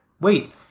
wait